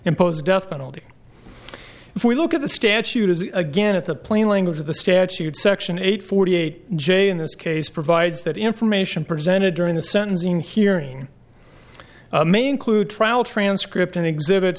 impose death penalty if we look at the statute as again at the plain language of the statute section eight forty eight j in this case provides that information presented during the sentencing hearing a main clue trial transcript and exhibit